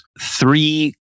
three